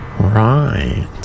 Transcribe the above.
right